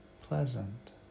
pleasant